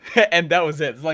and that was it, it's like,